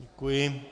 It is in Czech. Děkuji.